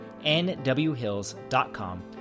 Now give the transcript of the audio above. nwhills.com